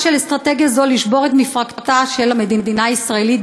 מטרתה של אסטרטגיה זו לשבור את מפרקתה של המדינה הישראלית